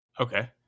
Okay